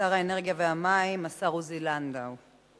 שר האנרגיה והמים, השר עוזי לנדאו.